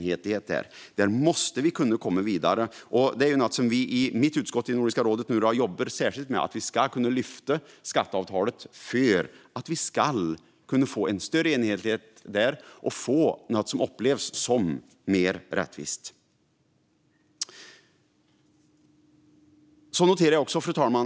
Här måste vi komma vidare, och i mitt utskott i Nordiska rådet jobbar vi särskilt med att lyfta fram skatteavtalet för att Norden ska få en större enhetlighet och något som upplevs som mer rättvist. Fru talman!